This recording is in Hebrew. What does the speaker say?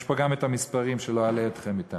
יש פה גם את המספרים, לא אלאה אתכם בהם.